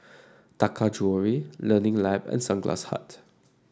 Taka Jewelry Learning Lab and Sunglass Hut